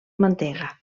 mantega